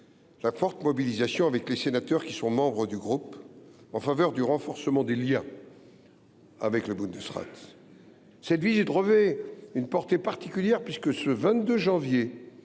la forte mobilisation, ainsi que celle des sénateurs membres de ce groupe, en faveur du renforcement des liens avec le Bundesrat. Cette visite revêt une portée particulière, puisque ce 22 janvier